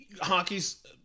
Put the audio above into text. Hockey's